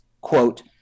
quote